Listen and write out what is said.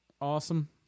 Awesome